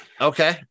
Okay